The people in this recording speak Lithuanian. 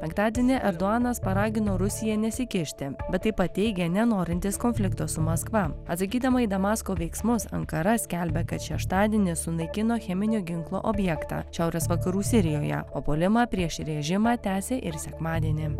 penktadienį erdoanas paragino rusiją nesikišti bet taip pat teigė nenorintis konflikto su maskva atsakydama į damasko veiksmus ankara skelbia kad šeštadienį sunaikino cheminio ginklo objektą šiaurės vakarų sirijoje o puolimą prieš režimą tęsė ir sekmadienį